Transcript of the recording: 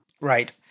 Right